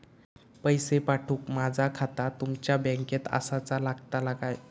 पैसे पाठुक माझा खाता तुमच्या बँकेत आसाचा लागताला काय?